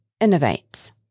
innovates